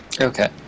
Okay